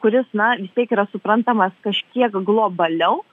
kuris na vis tiek yra suprantamas kažkiek globaliau